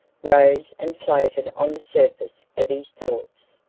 rose and floated on the surface of his thoughts.